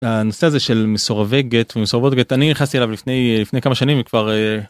הנושא הזה של מסורבי גט ומסורבות גט אני נכנסתי אליו לפני לפני כמה שנים וכבר...